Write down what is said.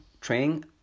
train